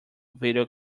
video